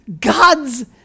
God's